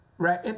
Right